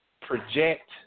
project